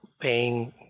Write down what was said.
paying